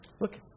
Look